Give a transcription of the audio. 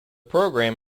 program